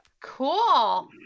Cool